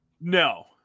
No